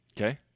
Okay